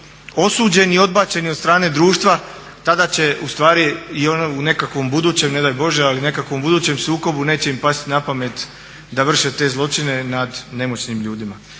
osuđeni i odbačeni od strane društva tada će ustvari i oni u nekakvom budućem, ne daj Bože, ali nekakvom budućem sukobu neće im pasti na pamet da vrše te zločine nad nemoćnim ljudima.